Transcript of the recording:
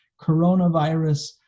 coronavirus